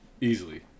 easily